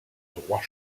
droit